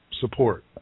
support